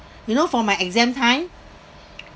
you know for my exam time